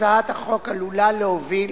הצעת החוק עלולה להוביל